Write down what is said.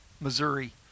Missouri